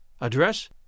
Address